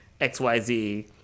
XYZ